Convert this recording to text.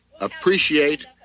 appreciate